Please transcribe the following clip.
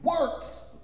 works